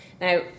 Now